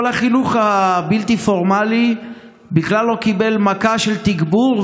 כל החינוך הבלתי-פורמלי בכלל לא קיבל מכה של תגבור,